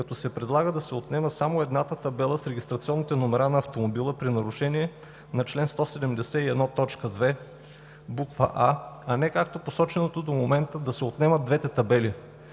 като се предлага да се отнема само едната табела с регистрационните номера на автомобила при нарушение на чл. 171, т. 2, буква „а“, а не както посоченото до момента – да се отнемат двете табели.